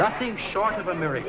nothing short of america